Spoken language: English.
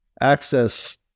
access